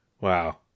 Wow